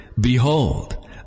Behold